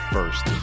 First